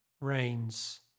reigns